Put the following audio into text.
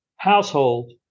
household